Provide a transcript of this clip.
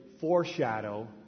foreshadow